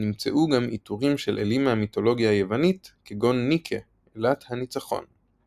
נמצאו גם עיטורים של אלים מהמיתולוגיה היוונית כגון ניקה אלת הניצחון.